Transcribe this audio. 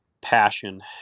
passion